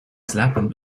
slapen